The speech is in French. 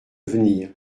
venir